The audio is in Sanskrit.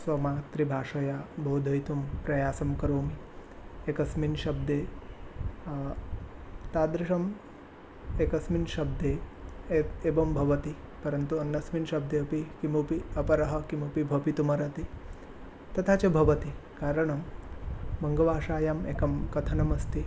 स्वमातृभाषया बोधयितुं प्रयासं करोमि एकस्मिन् शब्दे तादृशं एकस्मिन् शब्दे एत् एवं भवति परन्तु अन्यस्मिन् शब्दे अपि किमपि अपरः किमपि भवितुमर्हति तथा च भवति कारणं वङ्गभाषायाम् एकं कथनम् अस्ति